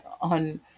on